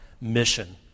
mission